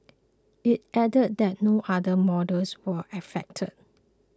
it added that no other models were affected